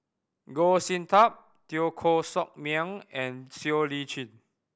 Goh Sin Tub Teo Koh Sock Miang and Siow Lee Chin